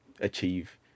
achieve